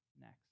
next